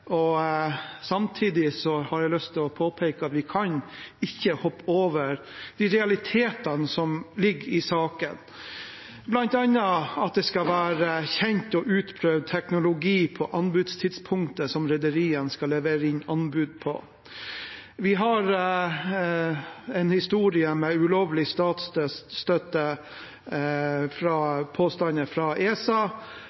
Samtidig har jeg lyst til å påpeke at vi ikke kan hoppe over de realitetene som ligger i saken, bl.a. at det skal være kjent og utprøvd teknologi på anbudstidspunktet rederiene skal levere inn anbud på. Vi har en historie med påstander fra ESA om ulovlig